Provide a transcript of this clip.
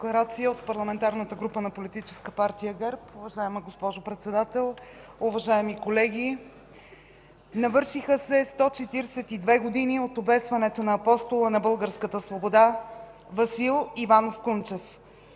обесването на Апостола на българската свобода Васил Иванов Кунчев.